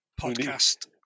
podcast